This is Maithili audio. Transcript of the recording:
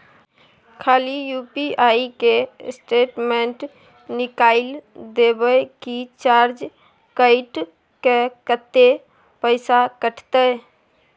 खाली यु.पी.आई के स्टेटमेंट निकाइल देबे की चार्ज कैट के, कत्ते पैसा कटते?